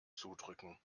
zudrücken